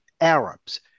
Arabs